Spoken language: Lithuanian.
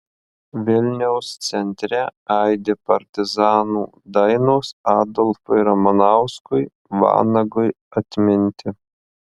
vilniaus centre aidi partizanų dainos adolfui ramanauskui vanagui atminti